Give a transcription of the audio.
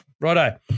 Righto